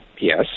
Yes